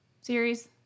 series